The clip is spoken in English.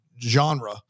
genre